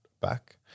back